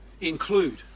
include